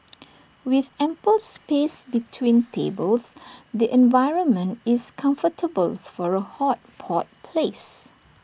with ample space between tables the environment is comfortable for A hot pot place